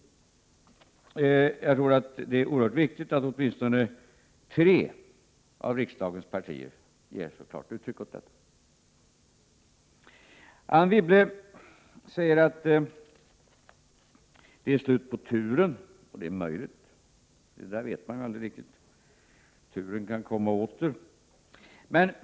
Jag tror att det är oerhört viktigt att åtminstone tre av riksdagens partier ger så klart uttryck åt detta. Anne Wibble säger att det är slut på turen. Det är möjligt, men man vet aldrig riktigt. Turen kan komma åter.